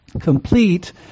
complete